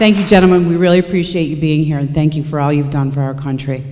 thank you gentlemen we really appreciate you being here and thank you for all you've done for our country